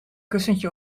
kussentje